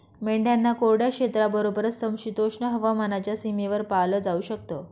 मेंढ्यांना कोरड्या क्षेत्राबरोबरच, समशीतोष्ण हवामानाच्या सीमेवर पाळलं जाऊ शकत